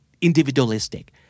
individualistic